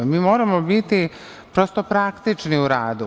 Mi moramo biti prosto praktični u radu.